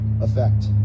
effect